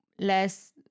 less